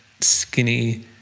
Skinny